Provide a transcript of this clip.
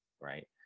Right